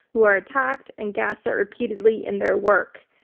who are attacked and gaslit repeatedly in their work?